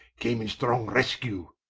came in strong rescue.